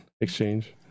exchange